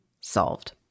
solved